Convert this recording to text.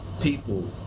people